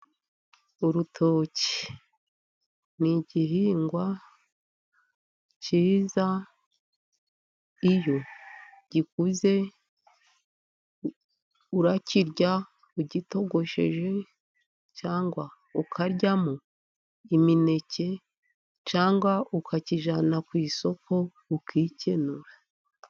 Urutoki ni igihingwa kiza, iyo gikuze urakirya ugitogosheje, cyangwa ukaryamo imineke, cyangwa ukakijyana ku isoko ukikenura.